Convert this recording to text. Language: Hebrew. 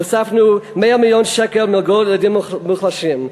הוספנו 100 מיליון שקל מלגות לילדים מוחלשים,